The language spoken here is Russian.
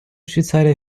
швейцария